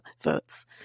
votes